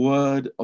Word